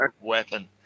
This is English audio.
Weapon